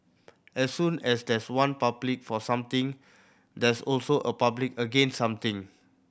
as soon as there's one public for something there's also a public against something